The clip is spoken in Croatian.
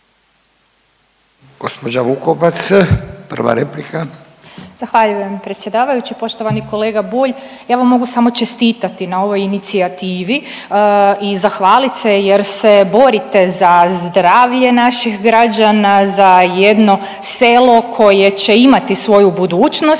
replika. **Vukovac, Ružica (Nezavisni)** Zahvaljujem predsjedavajući, poštovani kolega Bulj. Ja vam mogu samo čestitati na ovoj inicijativi i zahvalit se jer se borite za zdravlje naših građana, za jedno selo koje će imati svoju budućnost.